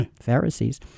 Pharisees